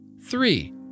Three